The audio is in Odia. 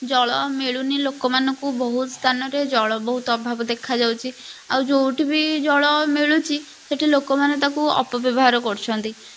ଜଳ ଆଉ ମିଳୁନି ଲୋକମାନଙ୍କୁ ବହୁତ ସ୍ଥାନରେ ଜଳ ବହୁତ ଅଭାବ ଦେଖା ଯାଉଛି ଆଉ ଯେଉଁଠି ବି ଜଳ ମିଳୁଛି ସେଠି ଲୋକମାନେ ତାକୁ ଅପବ୍ୟବହାର କରୁଛନ୍ତି